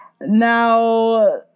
Now